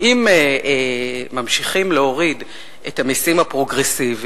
הרי אם ממשיכים להוריד את המסים הפרוגרסיביים,